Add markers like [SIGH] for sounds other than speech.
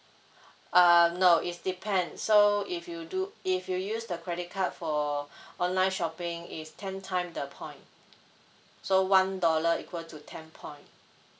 [BREATH] uh no it's depend so if you do if you use the credit card for [BREATH] online shopping is ten time the point so one dollar equal to ten point